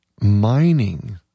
mining